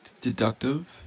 deductive